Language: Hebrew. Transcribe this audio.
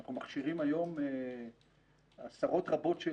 אנחנו מכשירים היום עשרות רבות של